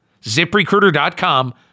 ZipRecruiter.com